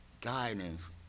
guidance